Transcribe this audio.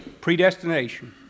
predestination